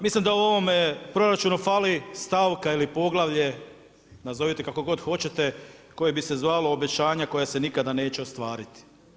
Mislim da u ovome proračunu fali stavka ili poglavlje, nazovite kako god hoćete koje bi se zvalo obećanja koja se nikada neće ostvariti.